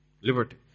Liberty